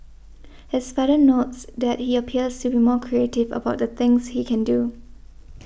his father notes that he appears to be more creative about the things he can do